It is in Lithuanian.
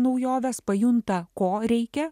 naujoves pajunta ko reikia